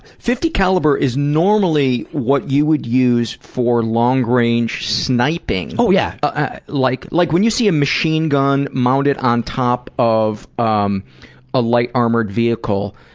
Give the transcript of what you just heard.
fifty caliber is normally what you would use for long range sniping. yeah ah like like when you see a machine gun mounted on top of um a light armored vehicle,